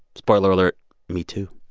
spoiler alert me too.